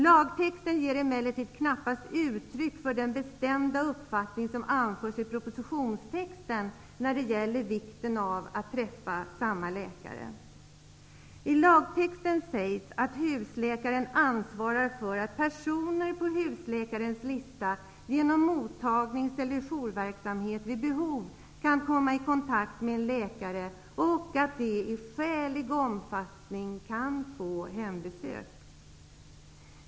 Lagtexten ger emellertid knappast uttryck för den bestämda uppfattning som anförs i propositionstexten när det gäller vikten av att träffa samma läkare. I lagtexten sägs att husläkaren ansvarar för att personer på husläkarens lista genom mottagnings eller jourverksamhet vid behov kan komma i kontakt med en läkare och att de i skälig omfattning kan få hembesök.